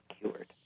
cured